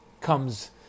comes